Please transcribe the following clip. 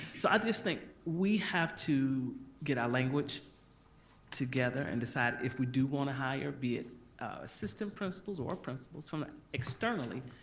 so i just think we have to get our language together and decide if we do wanna hire, be it assistant principals or principals from externally,